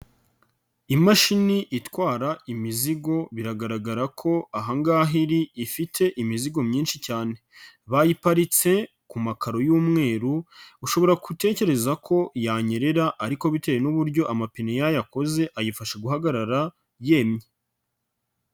Imashini itwara imizigo biragaragara ko aha ngaha iri ifite imizigo myinshi cyane, bayiparitse ku makaro y'umweru ushobora gutekereza ko yanyerera ariko bitewe n'uburyo amapine yayo akoze ayifasha guhagarara yemye.